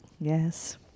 Yes